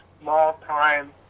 Small-time